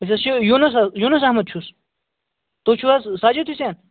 أسۍ حظ چھِ یوٗنُس حظ یوٗنُس احمَد چھُس تُہۍ چھُو حظ ساجَد حُسین